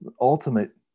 ultimate